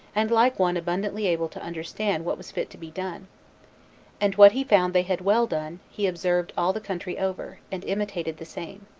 and like one abundantly able to understand what was fit to be done and what he found they had well done, he observed all the country over, and imitated the same.